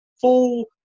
full